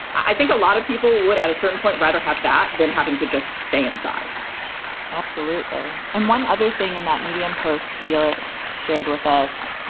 i think a lot of people would at a certain point rather have that than having to just stay inside absolutely. and one other thing. in that medium post felix shared with us,